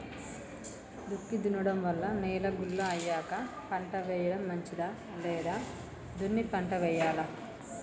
దుక్కి దున్నడం వల్ల నేల గుల్ల అయ్యాక పంట వేయడం మంచిదా లేదా దున్ని పంట వెయ్యాలా?